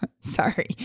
sorry